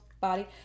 body